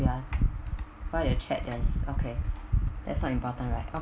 ya why your chat there's okay that's not important right